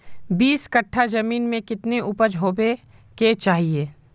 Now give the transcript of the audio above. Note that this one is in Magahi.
बीस कट्ठा जमीन में कितने उपज होबे के चाहिए?